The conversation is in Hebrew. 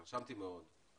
התרשמתי מאוד,